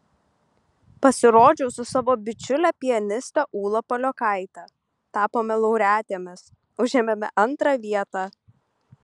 pasirodžiau su savo bičiule pianiste ūla paliokaite tapome laureatėmis užėmėme antrą vietą